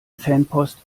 fanpost